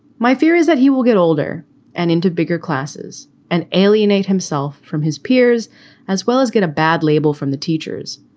my fear is that he will get older and into bigger classes and alienate himself from his peers as well as get a bad label from the teachers.